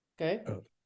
Okay